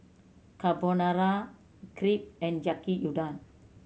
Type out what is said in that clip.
Carbonara Crepe and Yaki Udon